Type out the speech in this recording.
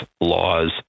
laws